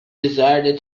desire